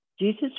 Jesus